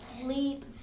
sleep